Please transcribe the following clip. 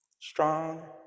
strong